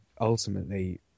ultimately